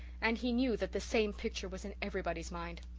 and he knew that the same picture was in everybody's mind.